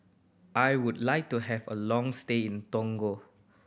I would like to have a long stay in Togo